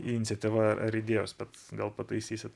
iniciatyva ar idėjos bet gal pataisysit